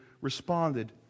responded